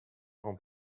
qu’en